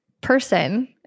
person